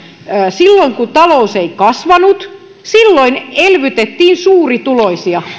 silloin kun talous ei kasvanut elvytettiin suurituloisia